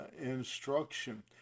instruction